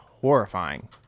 horrifying